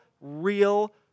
real